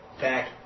back